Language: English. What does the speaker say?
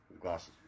Glasses